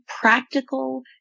practical